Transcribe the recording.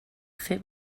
fer